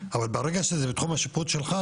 אבל ברגע שזה בתחום השיפוט שלך,